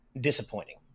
disappointing